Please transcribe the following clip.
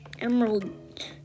Emerald